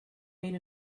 made